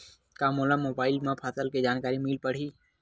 का मोला मोबाइल म फसल के जानकारी मिल पढ़ही?